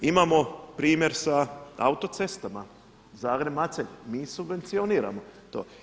Imamo primjer sa autocestama, Zagreb-Macelj, mi subvencioniramo to.